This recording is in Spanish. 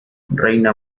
reina